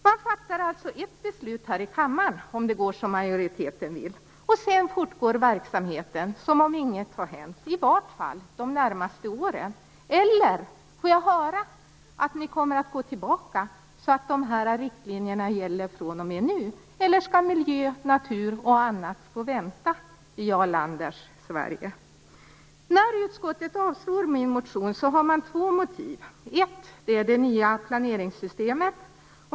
Man fattar ett beslut här i kammaren, om det går som majoriteten vill, och sedan fortgår verksamheten, i varje fall de närmaste åren, som om ingenting hänt. Får jag höra att ni kommer att gå tillbaka så att riktlinjerna gäller fr.o.m. nu, eller skall miljö och natur få vänta i Jarl Landers Sverige? När utskottet avslår min motion har man två motiv. Det första är det nya planeringssystemet.